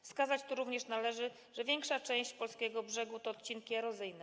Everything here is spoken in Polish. Wskazać tu również należy, że większa część polskiego brzegu to odcinki erozyjne.